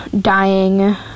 dying